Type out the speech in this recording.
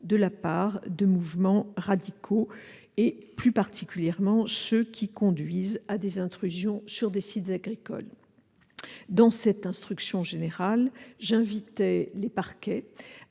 menées par des mouvements radicaux, et plus particulièrement par ceux qui se livrent à des intrusions sur des sites agricoles. Dans cette instruction générale, j'invite les parquets